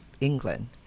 England